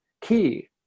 key